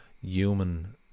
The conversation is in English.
human